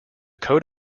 coat